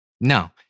No